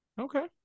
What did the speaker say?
Okay